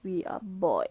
we are bored